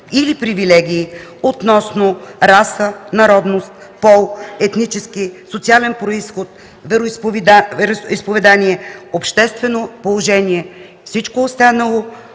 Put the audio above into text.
или привилегии относно раса, народност, пол, етнически, социален произход, вероизповедание, обществено положение. Всичко останало